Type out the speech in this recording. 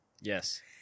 Yes